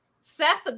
Seth